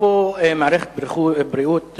אפרופו מערכת בריאות,